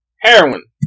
Heroin